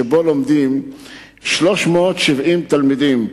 שבו לומדים 370 ילדים,